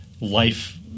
life